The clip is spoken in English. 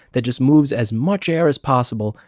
that just moves as much air as possible,